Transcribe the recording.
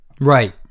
right